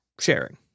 sharing